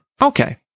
Okay